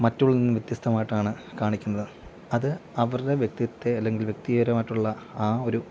മറ്റുള്ളതില്നിന്നും വ്യത്യസ്തമായിട്ടാണ് കാണിക്കുന്നത് അത് അവരുടെ വ്യക്തിത്തെ അല്ലെങ്കിൽ വ്യക്തിപരമായിട്ടുള്ള ആ ഒരു